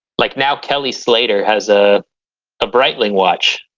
like. now kelly slater has a breitling watch.